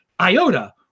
iota